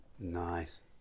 Nice